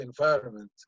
environment